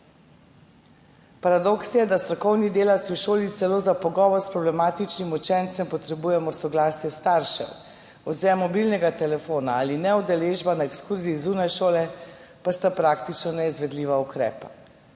Paradoks je, da strokovni delavci v šoli celo za pogovor s problematičnim učencem potrebujemo soglasje staršev, odvzem mobilnega telefona ali neudeležba na ekskurziji zunaj šole pa sta praktično neizvedljiva ukrepa.«